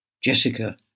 Jessica